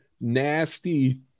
nasty